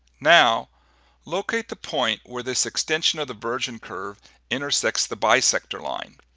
now locate the point where this extension of the virgin curve intersects the bisector line.